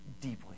deeply